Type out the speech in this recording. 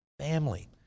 Family